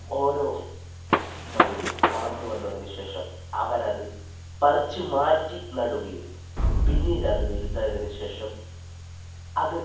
ഓരോ മണികളും വളർന്നു വന്നതിനു ശേഷം അവരത് പറിച്ചു മാറ്റി നടുകയും പിന്നീടത് വലുതായതിനു ശേഷം അത്